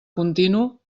continu